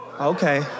Okay